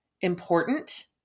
important